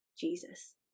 Jesus